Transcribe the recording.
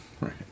Right